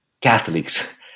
Catholics